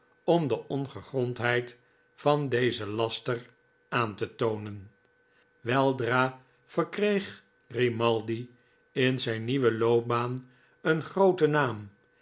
om de ongegrondheid van dezen laster aan te toonen weldra verkreeg grimaldi in zijn nieuwe loopbaan een grooten naam